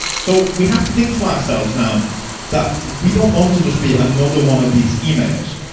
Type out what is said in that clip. so we have to think to ourselves now that. we don't want to just be another one of these emails.